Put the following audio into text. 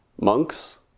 monks